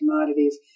commodities